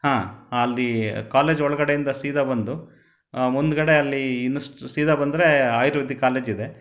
ಹಾಂ ಅಲ್ಲಿ ಕಾಲೇಜ್ ಒಳಗಡೆಯಿಂದ ಸೀದಾ ಬಂದು ಮುಂದುಗಡೆ ಅಲ್ಲಿ ಇನ್ನೂ ಸೀದಾ ಬಂದರೆ ಆಯುರ್ವೇದಿಕ್ ಕಾಲೇಜ್ ಇದೆ